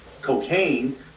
cocaine